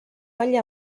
olla